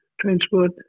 transport